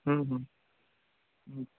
हूँ हूँ हूँ